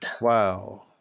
Wow